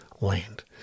land